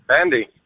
Andy